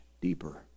deeper